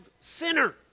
sinner